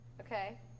okay